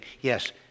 yes